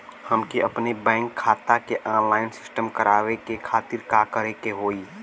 हमके अपने बैंक खाता के ऑनलाइन सिस्टम करवावे के खातिर का करे के होई?